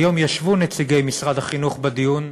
היום ישבו נציגי משרד החינוך בדיון,